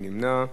מי נמנע?